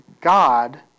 God